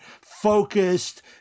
focused